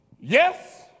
yes